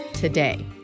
Today